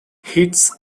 hits